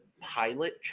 pilot